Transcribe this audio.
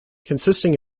consisting